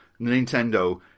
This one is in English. Nintendo